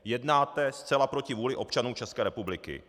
Jednáte zcela proti vůli občanů České republiky.